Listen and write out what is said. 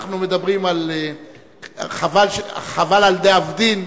כשאנחנו מדברים על "חבל על דאבדין",